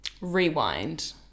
Rewind